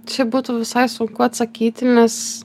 čia būtų visai sunku atsakyti nes